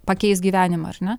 pakeis gyvenimą ar ne